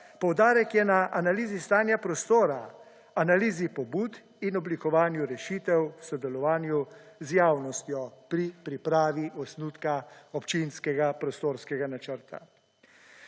Poudarek je na analizi stanja prostora, analizi pobud in oblikovanju rešitev v sodelovanju z javnostjo pri pripravi osnutka občinskega prostorskega načrta.